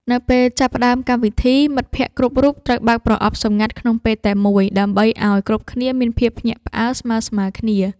នៅពេលចាប់ផ្ដើមកម្មវិធី មិត្តភក្តិគ្រប់រូបត្រូវបើកប្រអប់សម្ងាត់ក្នុងពេលតែមួយ ដើម្បីឱ្យគ្រប់គ្នាមានភាពភ្ញាក់ផ្អើលស្មើៗគ្នា។